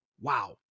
Wow